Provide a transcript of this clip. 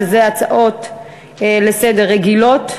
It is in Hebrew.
שזה הצעות רגילות לסדר-היום: